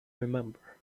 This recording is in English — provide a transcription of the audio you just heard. remember